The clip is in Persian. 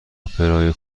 اپرای